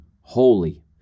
holy